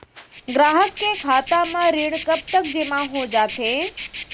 ग्राहक के खाता म ऋण कब तक जेमा हो जाथे?